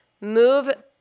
move